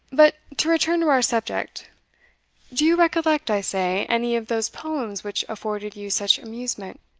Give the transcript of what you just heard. but to return to our subject do you recollect, i say, any of those poems which afforded you such amusement?